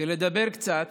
כדי לדבר קצת